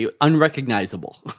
unrecognizable